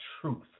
truth